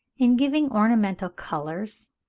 in giving ornamental colours,